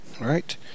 Right